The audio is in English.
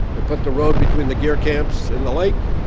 they put the road between the ger camps and the lake.